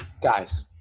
Guys